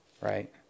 right